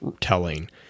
telling